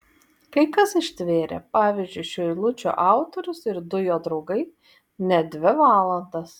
kai kas ištvėrė pavyzdžiui šių eilučių autorius ir du jo draugai net dvi valandas